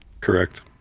Correct